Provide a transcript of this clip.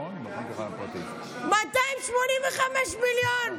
285. 285 מיליון.